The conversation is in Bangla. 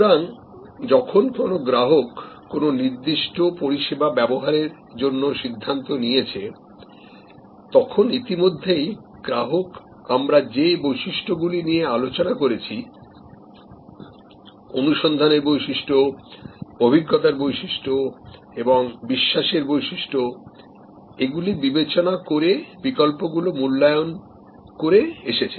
সুতরাং যখন কোন গ্রাহক কোন নির্দিষ্ট পরিষেবা ব্যবহারের জন্য সিদ্ধান্ত নিয়েছে তখন ইতিমধ্যেই গ্রাহক আমরা যে বৈশিষ্ট্য গুলি নিয়ে আলোচনা করেছি অনুসন্ধান এর বৈশিষ্ট্য অভিজ্ঞতার বৈশিষ্ট্য এবং বিশ্বাস এর বৈশিষ্ট্য এগুলি বিবেচনা করে বিকল্পগুলি মূল্যায়ন করে এসেছে